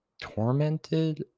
tormented